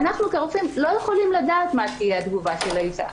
ואנחנו כרופאים לא יכולים לדעת מה תהיה התגובה של האישה.